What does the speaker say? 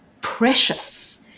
precious